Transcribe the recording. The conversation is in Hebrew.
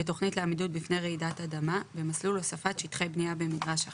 בתכנית לעמידות בפני רעידת אדמה במסלול הוספת שטחי בנייה במגרש אחר,